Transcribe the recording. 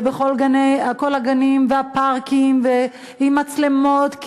כל הגנים והפארקים עם מצלמות.